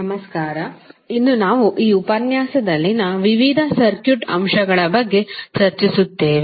ನಮಸ್ಕರ ಇಂದು ನಾವು ಈ ಉಪನ್ಯಾಸದಲ್ಲಿನ ವಿವಿಧ ಸರ್ಕ್ಯೂಟ್ ಅಂಶಗಳ ಬಗ್ಗೆ ಚರ್ಚಿಸುತ್ತೇವೆ